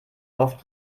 oft